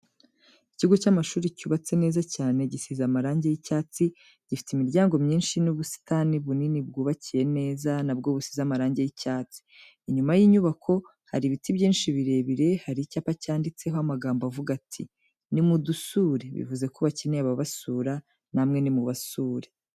Ikigo cy'amashuri cyubatse neza cyane, gisize amarangi y'icyatsi, gifite imiryango myinshi n'ubusitani bunini bwubakiye neza, na bwo busize amarangi y'icyatsi. inyuma yinyubako, hari biti byinshi birebire, hari icyapa cyanditseho amagambo avuga ati:" Ni mudusure." Bivuze ko bakeneye ababasura, namwe ni mubasure.